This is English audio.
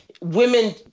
Women